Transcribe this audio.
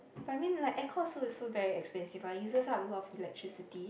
I mean like aircon also very expensive lah uses a lot of electricity